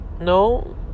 No